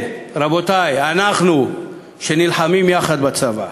כן, רבותי, אנחנו, שנלחמים יחד בצבא,